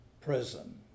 prison